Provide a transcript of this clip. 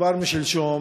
כבר מאז שלשום